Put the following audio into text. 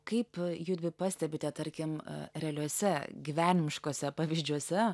kaip judvi pastebite tarkim realiuose gyvenimiškuose pavyzdžiuose